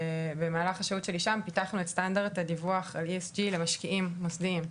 במהלך השהות שלי שם פיתחנו את סטנדרט הדיווח על ESG למשקיעים מוסדיים,